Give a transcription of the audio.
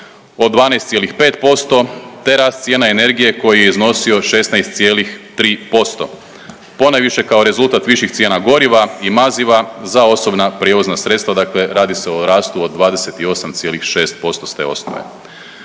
od 12,5% te rast cijena energije koji je iznosio 16,3% ponajviše kao rezultat viših cijena goriva i maziva za osobna prijevozna sredstva, dakle radi se o rastu od 28,6% s te osnove.